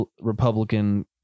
Republican